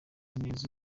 neza